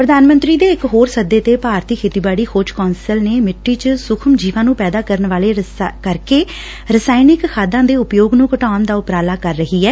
ਪ੍ਰਧਾਨ ਮੰਤਰੀ ਦੇ ਇਕ ਹੋਰ ਸੱਦੇ ਤੇ ਭਾਰਤੀ ਖੇਤੀਬਾੜੀ ਖੋਜ ਕੌਂਸਲ ਮਿੱਟੀ ਵਿਚੇ ਸੁਖਮ ਜੀਵਾਂ ਨੂੰ ਪੈਦਾ ਕਰਕੇ ਰਸਾਇਣਕ ਖਾਦਾਂ ਦੇ ਉਪਯੋਗ ਨੰ ਘਟਾਉਣ ਦਾ ਉਪਰਾਲਾ ਕਰ ਰਹੀ ਐ